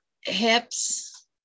hips